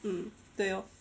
嗯对哦